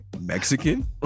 mexican